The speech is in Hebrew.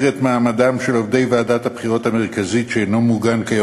מעמדם של עובדי ועדת הבחירות המרכזית לכנסת,